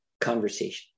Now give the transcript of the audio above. conversation